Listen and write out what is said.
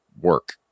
work